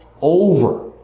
over